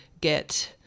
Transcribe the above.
get